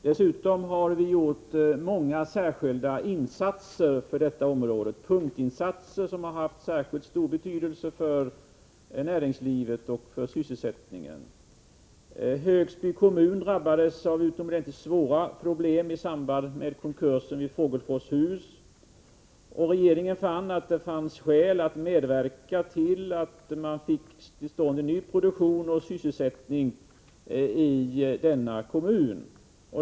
Dessutom har vi gjort många särskilda punktinsatser för detta område, som har haft särskilt stor betydelse för näringslivet och för sysselsättningen. Högsby kommun drabbades av utomordentligt svåra problem i samband med konkursen i Fogelfors-Hus. Regeringen fann då skäl att medverka till att man fick till stånd ny produktion och sysselsättning i denna kommun.